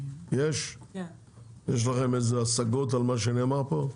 יש לכם השגות על מה שנאמר פה?